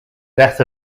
death